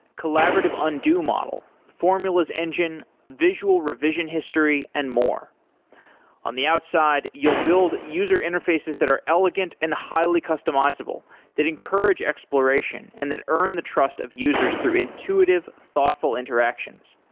collaborative undo model, formulas engine, visual revision history and more on the outside, you'll build user interfaces that are elegant and highly customizable that encourage exploration and that earn the trust of users through intuitive thoughtful interactions.